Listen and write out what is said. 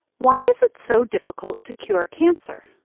why is it so difficult to cure cancer?